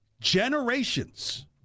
generations